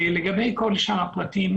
לגבי כל שאר הפרטים,